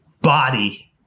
body